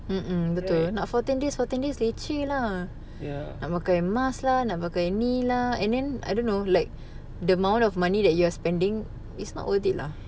mm mm betul nak fourteen fourteen days leceh lah nak pakai mask lah pakai ni lah and then I don't know like the amount of money that you're spending is not worth it lah